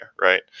right